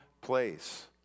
place